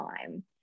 time